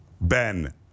Ben